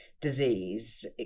Disease